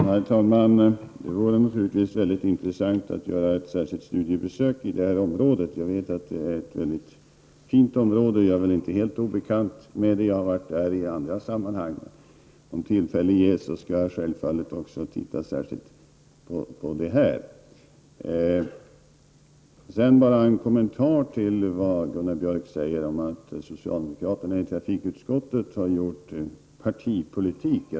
Herr talman! Det vore naturligtvis mycket intressant att göra ett studiebesök i det aktuella området. Jag vet att det är ett mycket fint område, för jag är inte helt obekant med det. Jag har nämligen varit där i andra sammanhang. Men om tillfälle ges, skall jag självfallet titta särskilt på det här. Sedan bara en kommentar till Gunnar Björks uttalande om att socialdemokraterna i trafikutskottet har gjort partipolitik av det här.